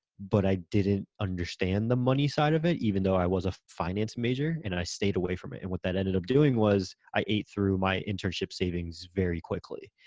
but i didn't understand the money side of it, even though i was a finance major and i stayed away from it. and what that ended up doing was i ate through my internship savings very quickly.